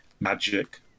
magic